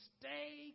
stay